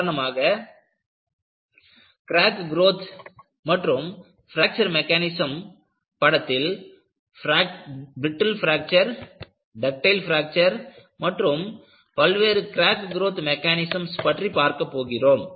உதாரணமாக crack growth மற்றும் fracture mechanisms படத்தில் பிரட்டில் பிராக்சர் டக்டைல் பிராக்சர் மற்றும் பல்வேறு கிராக் குரோத் மெக்கானிஸம்ஸ் பற்றி பார்க்க போகிறோம்